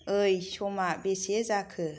ओइ समा बेसे जाखो